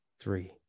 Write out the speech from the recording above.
three